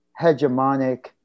hegemonic